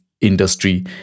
Industry